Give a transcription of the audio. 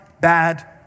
Bad